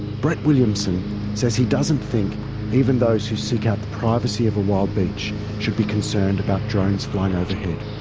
brett williamson says he doesn't think even those who seek out the privacy of a wild beach should be concerned about drones flying overhead.